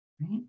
right